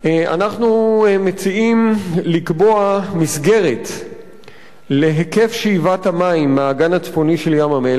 אנחנו מציעים לקבוע מסגרת להיקף שאיבת המים מהאגן הצפוני של ים-המלח,